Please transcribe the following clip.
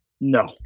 no